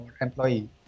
employee